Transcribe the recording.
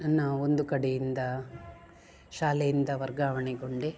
ನನ್ನ ಒಂದು ಕಡೆಯಿಂದ ಶಾಲೆಯಿಂದ ವರ್ಗಾವಣೆಗೊಂಡೆ